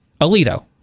Alito